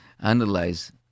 analyze